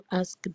ask